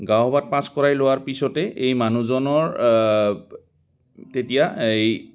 গাঁও সভাত পাছ কৰাই লোৱাৰ পিছতেই এই মানুহজনৰ তেতিয়া এই